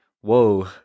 whoa